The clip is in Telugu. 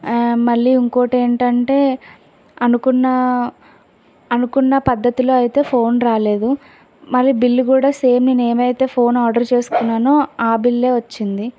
ఆ మళ్లీ ఇంకోటేంటంటే అనుకున్న అనుకున్న పద్ధతిలో అయితే ఫోన్ రాలేదు మళ్ళీ బిల్లు కూడా సేమ్ నేనేమైతే ఫోన్ ఆర్డర్ చేసుకున్నానో ఆ బిల్లే వచ్చింది